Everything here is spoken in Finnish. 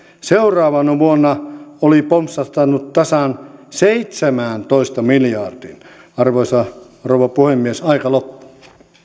seuraavana vuonna oli pompsahtanut tasan seitsemääntoista miljardiin arvoisa rouva puhemies aika loppuu